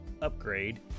UPGRADE